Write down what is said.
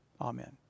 Amen